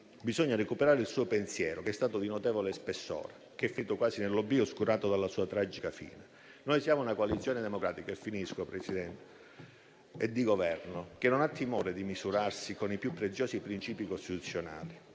Bisogna recuperare il suo pensiero, che è stato di notevole spessore, ma che è finito quasi nell'oblio, oscurato dalla sua tragica fine. Noi siamo una coalizione democratica e di Governo - e finisco, signor Presidente - che non ha timore di misurarsi con i più preziosi principi costituzionali,